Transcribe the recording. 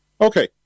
Okay